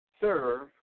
serve